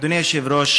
אדוני היושב-ראש,